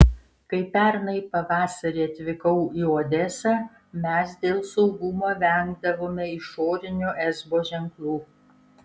kai pernai pavasarį atvykau į odesą mes dėl saugumo vengdavome išorinių esbo ženklų